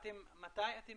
מתי אתם